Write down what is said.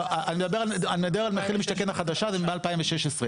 אני מדבר על מחיר למשתכן החדשה, זה מ-2016.